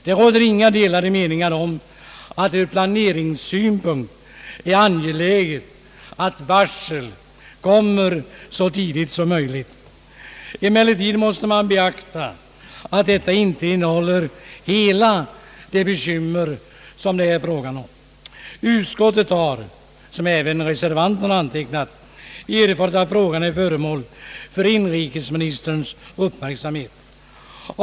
Det råder inga delade meningar om att det ur planeringssynpunkt är angeläget att varsel kommer så tidigt som möjligt. Man måste emellertid beakta att detta inte innehåller hela det bekymmer som det är fråga om. Utskottet har, som även reservanterna antecknat, erfarit att frågan är föremål för inrikesministerns uppmärksamhet.